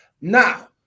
Now